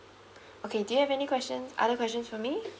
okay do you have any questions other questions for me